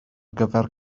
gyfer